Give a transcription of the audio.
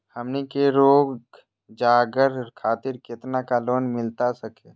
हमनी के रोगजागर खातिर कितना का लोन मिलता सके?